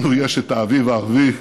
לנו יש את האביב הערבי,